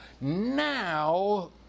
Now